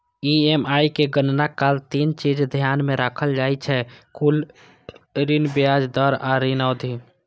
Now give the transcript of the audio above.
EMI के गणना काल तीन चीज ध्यान मे राखल जाइ छै, कुल ऋण, ब्याज दर आ ऋण अवधि